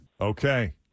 Okay